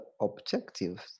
objectives